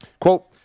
Quote